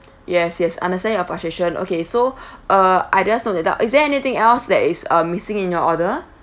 yes yes understand your frustration okay so uh I just note that down is there anything else that is uh missing in your order